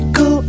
go